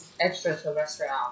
extraterrestrial